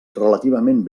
relativament